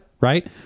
right